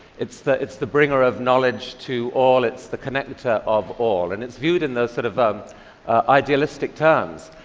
it's the it's the bringer of knowledge to all. it's the connector of all. and it's viewed in those sort of um idealistic terms.